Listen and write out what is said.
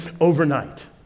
overnight